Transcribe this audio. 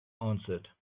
answered